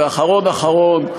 ואחרון-אחרון,